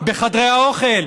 בחדרי האוכל.